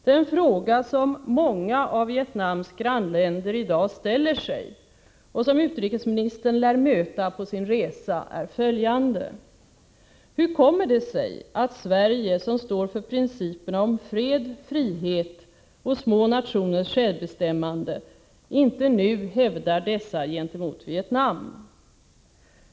Den fråga som många av Vietnams grannländer i dag ställer sig, och som utrikesministern lär möta på sin resa är följande: Hur kommer det sig att Sverige som står för principerna om fred, frihet och små nationers självbestämmande inte nu hävdar dessa gentemot Vietnam?